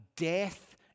Death